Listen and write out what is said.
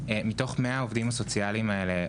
אבל חשוב להוסיף שמתוך 100 העובדים הסוציאליים האלה,